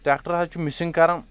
tractor حظ چھُ missing کران